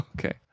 Okay